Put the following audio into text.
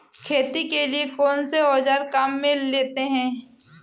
खेती के लिए कौनसे औज़ार काम में लेते हैं?